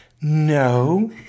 No